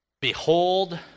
Behold